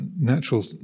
natural